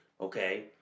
okay